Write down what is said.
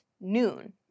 noon